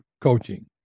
coaching